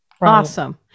Awesome